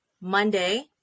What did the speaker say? Monday